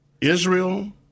Israel